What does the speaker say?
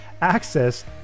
access